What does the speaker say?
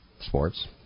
sports